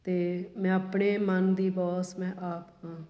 ਅਤੇ ਮੈਂ ਆਪਣੇ ਮਨ ਦੀ ਬੌਸ ਮੈਂ ਆਪ ਹਾਂ